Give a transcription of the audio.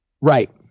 Right